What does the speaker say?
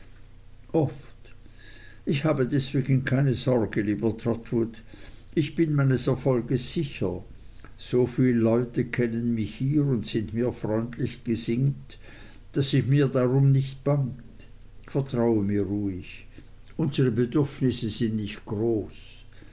ich habe deswegen keine sorge lieber trotwood ich bin meines erfolges sicher soviel leute kennen mich hier und sind mir freundlich gesinnt daß mir darum nicht bangt vertraue mir ruhig unsere bedürfnisse sind nicht groß